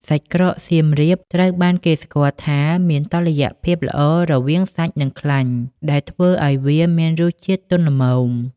សាច់ក្រកសៀមរាបត្រូវបានគេស្គាល់ថាមានតុល្យភាពល្អរវាងសាច់ និងខ្លាញ់ ដែលធ្វើឱ្យវាមានរសជាតិទន់ល្មម។